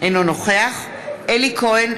אינו נוכח אלי כהן,